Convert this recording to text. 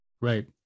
Right